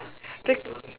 be